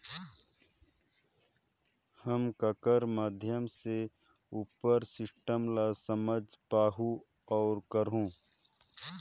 हम ककर माध्यम से उपर सिस्टम ला समझ पाहुं और करहूं?